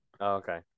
okay